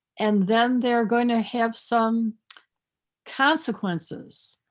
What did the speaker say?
and then they're going to have some consequences.